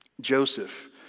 Joseph